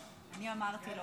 --- אני אמרתי לו